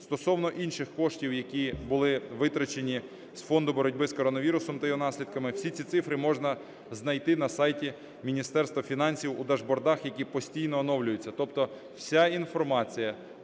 Стосовно інших коштів, які були витрачені з Фонду боротьби з коронавірусом та його наслідками, всі ці цифри можна знайти на сайті Міністерства фінансів у дашбордах, які постійно оновлюються. Тобто вся інформація